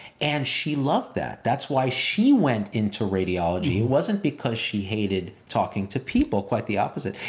and she loved that. that's why she went into radiology. it wasn't because she hated talking to people, quite the opposite.